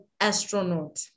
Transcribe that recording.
astronaut